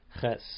Ches